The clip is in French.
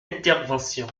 intervention